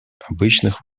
обычных